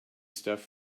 stuff